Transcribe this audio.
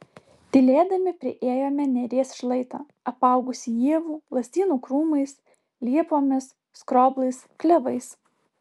tylėdami priėjome neries šlaitą apaugusį ievų lazdynų krūmais liepomis skroblais klevais